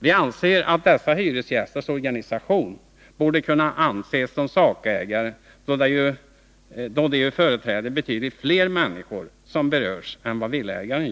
Vi anser att dessa hyresgästers organisation borde kunna anses som sakägare, då den ju företräder betydligt fler människor som berörs än villaägaren.